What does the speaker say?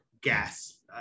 gas